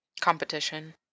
Competition